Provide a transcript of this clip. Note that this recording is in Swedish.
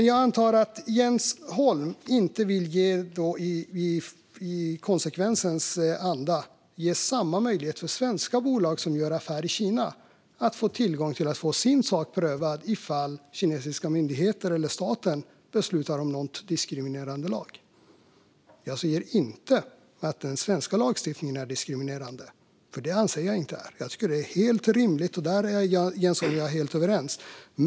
Jag antar att Jens Holm i konsekvensens namn inte vill ge samma möjlighet för svenska bolag som gör affärer i Kina att få sin sak prövad ifall kinesiska myndigheter eller staten beslutar om en diskriminerande lag. Jag säger inte att den svenska lagstiftningen är diskriminerande. Det anser jag inte att den är, och där är Jens Holm och jag helt överens.